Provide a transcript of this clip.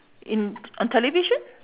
in t~ on television